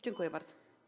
Dziękuję bardzo.